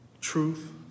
Truth